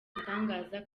ibitangaza